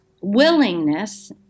willingness